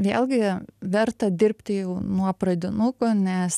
vėlgi verta dirbti jau nuo pradinukų nes